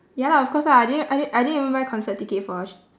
ya lah of course lah I didn't I didn't I didn't even buy concert ticket for